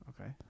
Okay